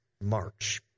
March